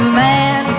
man